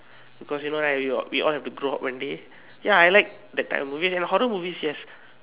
because you know right we all have to grow up one day ya I like that type of movies and horror movies yes